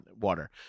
water